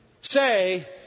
say